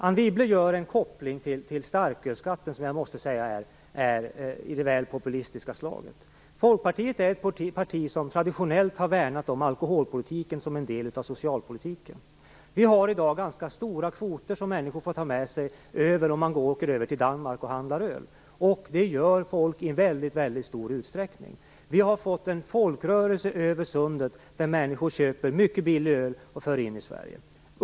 Anne Wibble gör en koppling till starkölsskatten som jag måste säga är av det litet väl populistiska slaget. Folkpartiet är ett parti som traditionellt har värnat om alkoholpolitiken som en del av socialpolitiken. Vi har i dag ganska stora kvoter som människor får ta med sig om de åker över till Danmark och handlar öl. Det gör människor i väldigt stor utsträckning. Vi har fått en folkrörelse över sundet där människor köper mycket billig öl och för in i Sverige.